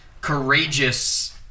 courageous